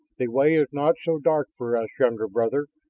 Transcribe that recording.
the way is not so dark for us, younger brother,